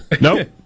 Nope